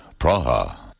Praha